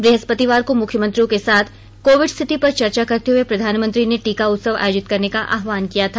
ब्रहस्पतिवार को मुख्यमंत्रियों के साथ कोविड स्थिति पर चर्चा करते हुए प्रधानमंत्री ने टीका उत्सव आयोजित करने का आह्वान किया था